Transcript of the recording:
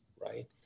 right